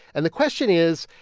and the question is,